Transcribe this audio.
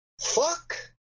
Fuck